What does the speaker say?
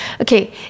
Okay